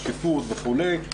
שקיפות וכולי.